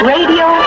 Radio